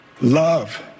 love